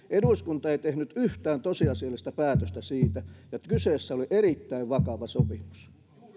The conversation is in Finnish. eduskunta ei tehnyt yhtään tosiasiallista päätöstä siitä vaikka kyseessä oli erittäin vakava sopimus